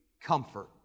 comfort